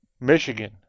Michigan